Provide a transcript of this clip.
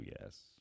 yes